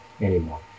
anymore